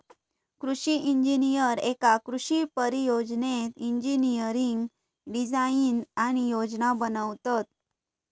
कृषि इंजिनीयर एका कृषि परियोजनेत इंजिनियरिंग डिझाईन आणि योजना बनवतत